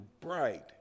bright